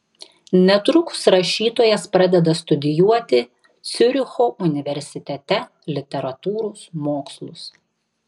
netrukus rašytojas pradeda studijuoti ciuricho universitete literatūros mokslus